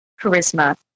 charisma